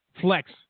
flex